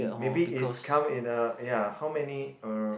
maybe is come in a ya how many er